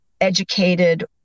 educated